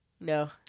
No